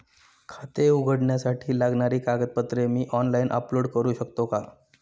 खाते उघडण्यासाठी लागणारी कागदपत्रे मी ऑनलाइन अपलोड करू शकतो का?